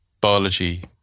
biology